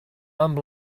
amb